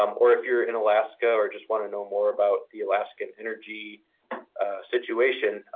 um or if you're in alaska or just want to know more about the alaskan energy situation,